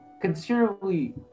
considerably